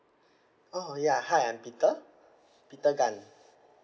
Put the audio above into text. oh ya hi I'm peter peter gan